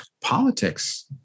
politics